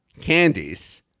candies